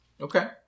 Okay